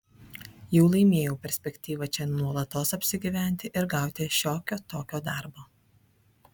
jau laimėjau perspektyvą čia nuolatos apsigyventi ir gauti šiokio tokio darbo